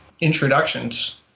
introductions